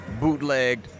bootlegged